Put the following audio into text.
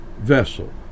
vessel